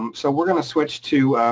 um so we're gonna switch to